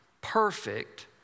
perfect